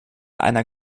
einer